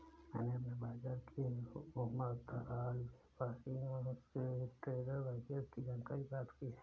मैंने अपने बाज़ार के उमरदराज व्यापारियों से ट्रेड बैरियर की जानकारी प्राप्त की है